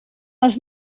els